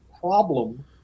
problem